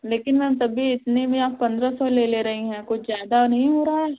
लेकिन मैम तब भी इतने में आप पंद्रह सौ ले ले रही हैं कुछ ज़्यादा नहीं हो रहा है